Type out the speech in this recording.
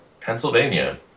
Pennsylvania